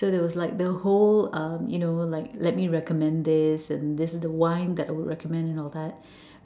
so there was like the whole uh you know like let me recommend this and this is the wine I would recommend and all that